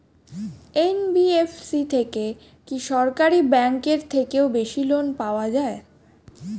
NBFC থেকে কি সরকারি ব্যাংক এর থেকেও বেশি লোন পাওয়া যায়?